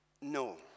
no